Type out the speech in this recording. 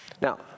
Now